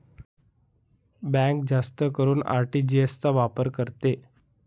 bank जास्त करून RTGS चा वापर करते